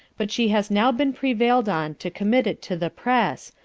but she has now been prevail'd on to commit it to the press,